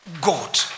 God